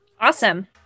Awesome